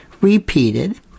repeated